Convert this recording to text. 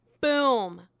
boom